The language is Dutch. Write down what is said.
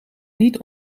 niet